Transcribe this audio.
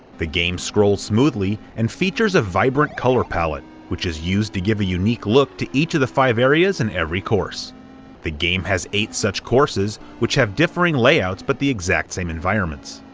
the game scrolls smoothly and features a vibrant color palette, which is used to give a unique look to each of the five areas in every course the game has eight such courses which have differing layouts but the exact same environments.